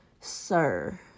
Sir